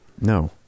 No